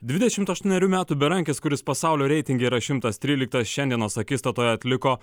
dvidešimt aštuonerių metų berankis kuris pasaulio reitinge yra šimtas tryliktas šiandienos akistatoje atliko